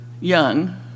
young